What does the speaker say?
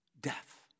death